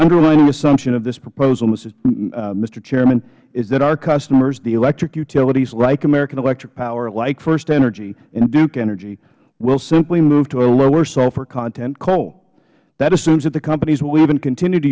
underlying assumption of this proposal mister chairman is that our customers the electric utilities like american electric power like first energy and duke energy will simply move to a lower sulfur content coal that assumes that companies will even continue to